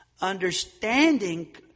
Understanding